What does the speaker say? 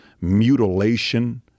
mutilation